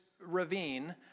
ravine